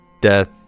death